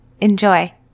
Enjoy